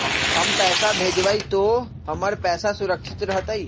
हम पैसा भेजबई तो हमर पैसा सुरक्षित रहतई?